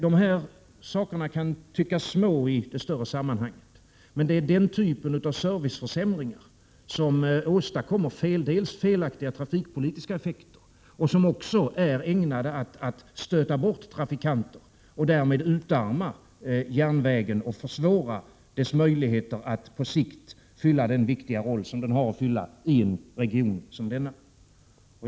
Dessa saker kan tyckas små i det större sammanhanget, men det är den typen av serviceförsämringar som åstadkommer felaktiga trafikpolitiska effekter och som också är ägnade att stöta bort trafikanter och därmed utarma järnvägen och försvåra dess möjligheter att på sikt fylla den viktiga roll den har att fylla i en region som denna.